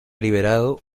liberado